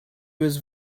was